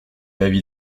l’avis